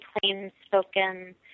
plain-spoken